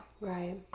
Right